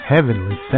Heavenly